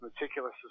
meticulous